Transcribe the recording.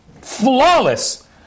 flawless